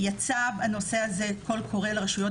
יצא בנושא הזה "קול קורא" לרשויות